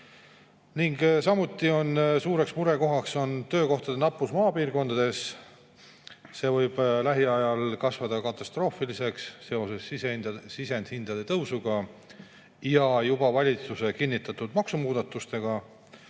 on suureks murekohaks töökohtade nappus maapiirkondades. See võib lähiajal kasvada katastroofiliseks seoses sisendhindade tõusuga ja valitsuse juba kinnitatud maksumuudatustega.